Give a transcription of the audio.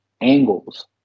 angles